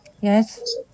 Yes